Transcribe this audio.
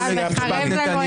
--- תחזור מהאמירה הזאת ותתנצל.